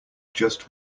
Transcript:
just